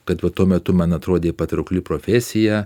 kad va tuo metu man atrodė patraukli profesija